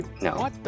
No